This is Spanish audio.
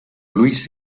luis